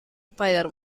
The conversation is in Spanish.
spider